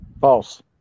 false